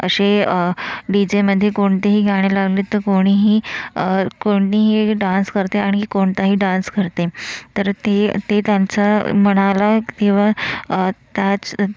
असे डी जेमध्ये कोणतेही गाणे लावले तर कोणीही कोणीही डान्स करते आणि कोणताही डान्स करते तर ते ते त्यांचं मनाला किंवा त्याच